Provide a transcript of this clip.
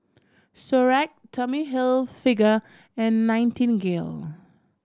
Xorex Tommy Hilfiger and Nightingale